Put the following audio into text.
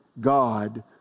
God